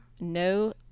no